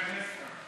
לסדר.